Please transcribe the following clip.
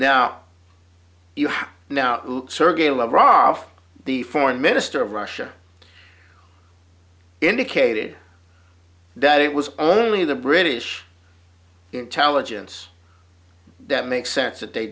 now you have now surrogate lavrov the foreign minister of russia indicated that it was only the british intelligence that makes sense that they